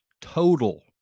total